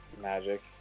Magic